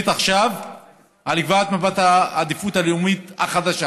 עכשיו על קביעת מפת העדיפות הלאומית החדשה.